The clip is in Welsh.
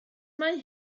mae